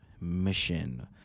mission